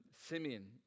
Simeon